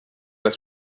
alla